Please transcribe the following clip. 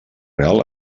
real